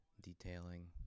detailing